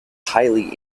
highly